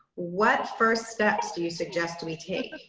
what first steps do you suggest we take?